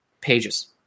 pages